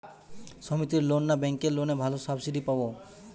সমিতির লোন না ব্যাঙ্কের লোনে ভালো সাবসিডি পাব?